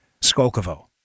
Skolkovo